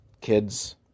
kids